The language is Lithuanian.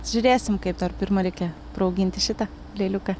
žiūrėsim kaip dar pirma reikia praauginti šitą lėliuką